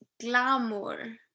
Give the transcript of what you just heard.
glamour